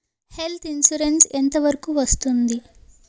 Health insurance ఎంత వరకు వస్తుంది?